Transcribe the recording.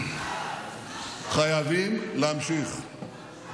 חייבים להמשיך.